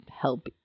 help